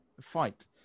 fight